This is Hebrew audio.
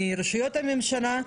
מרשויות הממשלה,